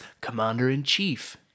commander-in-chief